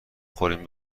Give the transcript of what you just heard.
خوریم